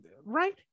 right